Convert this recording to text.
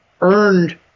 earned